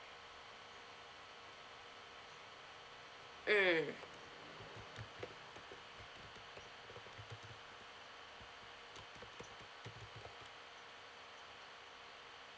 mm